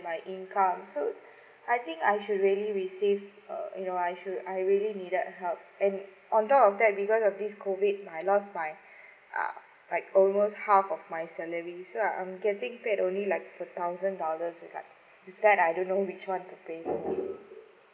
my income so I think I should really receive uh you know I feel I really needed help and on top of that because of this COVID I lost my like uh like almost half of my salary so I'm getting paid only like for thousand dollars like with that I don't know which one to pay